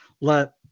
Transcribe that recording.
let